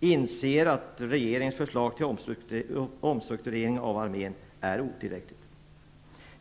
inser att regeringens förslag till omstrukturering av armén är otillräckligt.